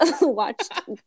watched